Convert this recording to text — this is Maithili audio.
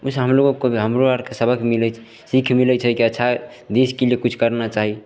उसे हमलोगों को हमरो आरके सबक मिलय छै सीख मिलय छै की अच्छा देशके लिये किछु करना चाही